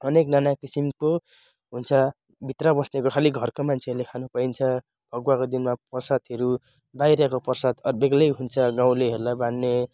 अनेक नाना किसिमको हुन्छ भित्र बस्नेको खालि घरको मान्छेहरूले खान पाइन्छ फगुवाको दिनमा प्रसादहरू बाहिरको प्रसाद बेग्लै हुन्छ गाउँलेहरूलाई बाँड्ने